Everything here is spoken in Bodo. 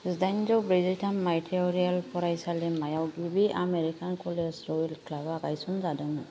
जिदाइनजौ ब्रैजिथाम मायथायाव येल फरायसालिमायाव गिबि आमेरिकान कलेज र'येल क्लाबा गायसन जादोंमोन